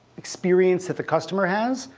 experience that the customer has,